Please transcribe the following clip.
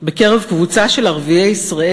בקרב קבוצה של ערביי ישראל,